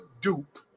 dupe